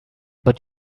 but